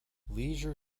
leisure